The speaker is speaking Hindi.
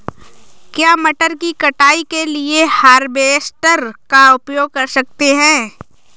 क्या मटर की कटाई के लिए हार्वेस्टर का उपयोग कर सकते हैं?